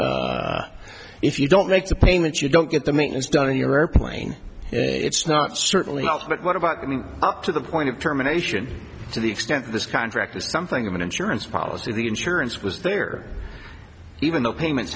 is if you don't make the payments you don't get the maintenance done in your airplane it's not certainly not but what about me to the point of terminations to the extent this contract is something of an insurance policy the insurance was there even though payments